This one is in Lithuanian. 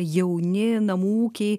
jauni namų ūkiai